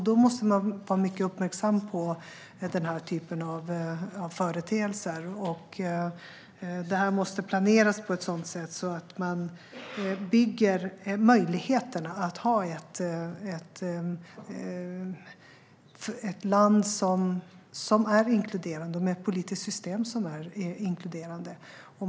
Då måste man vara mycket uppmärksam på den typen av företeelser. Det måste planeras på ett sådant sätt att man bygger möjligheterna att ett land är inkluderande med ett politiskt system som är inkluderande.